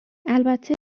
البته